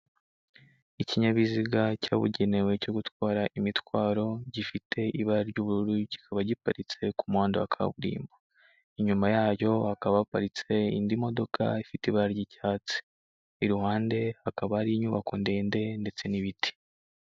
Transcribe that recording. Ikinyabiziga cyabugenewe cyo gutwara imitwaro, gifite ibara ry'ubururu, kikaba giparitse ku muhanda wa kaburimbo. Inyuma yayo hakaba haparitse indi modoka ifite ibara ry'icyatsi. Iruhande hakaba hari inyubako ndende ndetse n'ibiti.